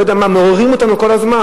אני לא יודע מה מעוררים אותנו כל הזמן,